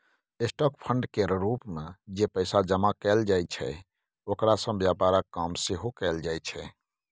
stock fund केर रूप मे जे पैसा जमा कएल जाइ छै ओकरा सँ व्यापारक काम सेहो कएल जाइ छै